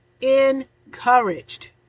encouraged